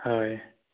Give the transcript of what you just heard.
হয়